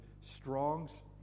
Strong's